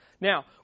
Now